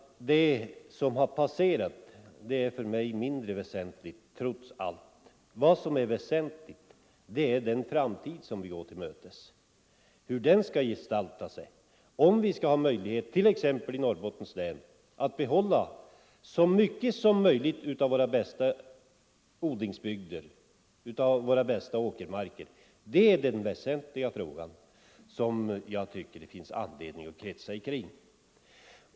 Det som har passerat är för mig mindre väsentligt, trots allt. Vad som är viktigt är hur den framtid skall gestalta sig som vi går till mötes. Skall vi kunna, t.ex. i Norrbottens län, behålla så mycket som möjligt av våra bästa åkermarker? Det är den väsentliga frågan, som jag tycker att det finns anledning att kretsa omkring.